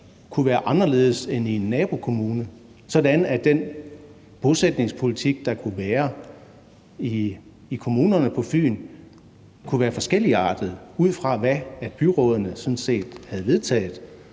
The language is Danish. kunne være anderledes end nabokommunens, sådan at den bosætningspolitik, der kunne være i kommunerne på Fyn, kunne være forskelligartet, ud fra hvad byrådene sådan set havde vedtaget.